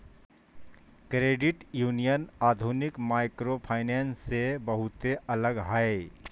credit union आधुनिक microfinance से बहुते अलग हय